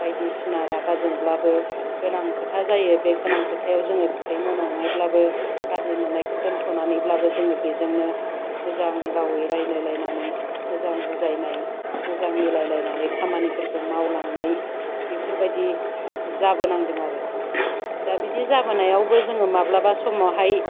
बायदिसिना रागा जोंब्लाबो गोनां खोथा जायो बे गोनां खोथायाव जोङो खुदै मन'नानैब्लाबो गाज्रि मोननायखौ दोन्थ'नानैब्लाबो जोङो बेजोंनो मोजां रावै रायलायलायनानै मोजां बुजायनाय मोजां मिलायलायनानै खामानिफोरखौ मावलांनाय बेफोरबायदि जाबोनांदों आरो दा बिदि जाबोनायावबो जोङो माब्लाबा समावहाय